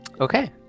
Okay